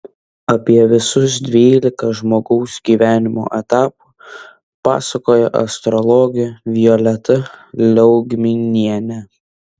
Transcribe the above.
apie visus dvylika žmogaus gyvenimo etapų pasakoja astrologė violeta liaugminienė